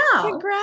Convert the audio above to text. congrats